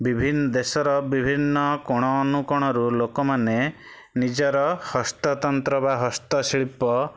ବିଭିନ୍ନ ଦେଶର ବିଭିନ୍ନ କୋଣ ଅନୁକୋଣରୁ ଲୋକମାନେ ନିଜର ହସ୍ତତନ୍ତ୍ର ବା ହସ୍ତଶିଳ୍ପ